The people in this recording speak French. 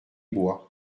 bois